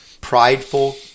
prideful